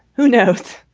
who knows?